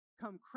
come